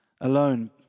alone